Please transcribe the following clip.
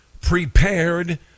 prepared